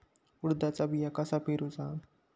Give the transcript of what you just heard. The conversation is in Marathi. उडदाचा बिया कसा पेरूचा?